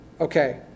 Okay